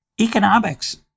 economics